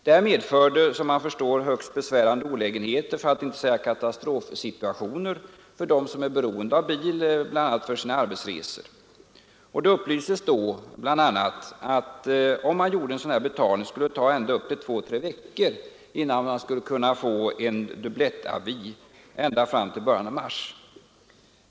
Som man förstår medförde det här högst besvärande olägenheter, för att inte säga katastrofsituationer, för dem som är beroende av bil för arbetsresor o. d. Det upplystes bl.a. att om man gjorde en sådan försenad inbetalning skulle det ta ända upp till två tre veckor innan man kunde få en duplettavi — ända fram till början av mars.